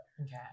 okay